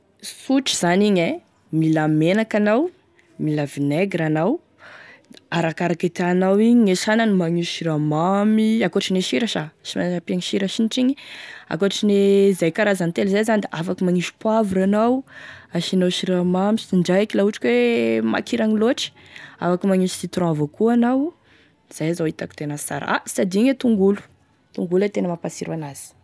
Sotry zany igny e mila menaky anao mila vinaigre anao arakaraky e tianao igny gne sanany magnisy siramamy ankoatriny e sira sa apiagny sira signitry igny ankoatry ne izay karazany telo zay zany da afaky magnisy poivre anao asianao siramamy sindraiky laha ohatry ka hoe makiragny loatry afaky magnisy citron avao koa anao izay zao hitako tena sara ah sy adigno e tongolo tongolo e tena mampasiro an'azy.